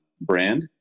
brand